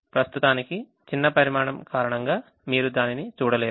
ప్రస్తుతానికి చిన్న పరిమాణం కారణంగా మీరు దానిని చూడలేరు